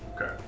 Okay